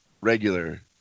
regular